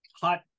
hot